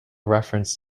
reference